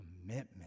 commitment